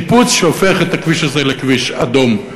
שיפוץ שהופך את הכביש הזה לכביש אדום.